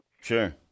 Sure